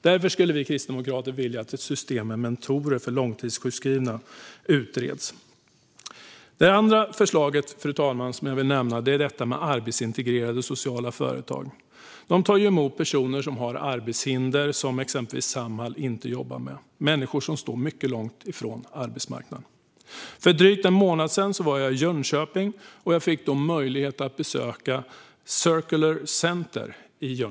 Därför vill vi kristdemokrater att ett system med mentorer för långtidssjukskrivna utreds. Fru talman! Det andra förslaget som jag vill nämna gäller arbetsintegrerande sociala företag. De tar emot personer som har arbetshinder men som exempelvis inte Samhall jobbar med. Det handlar om människor som står mycket långt från arbetsmarknaden. För drygt en månad sedan var jag i Jönköping och besökte Circular Centre där.